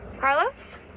Carlos